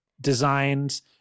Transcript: designs